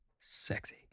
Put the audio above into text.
sexy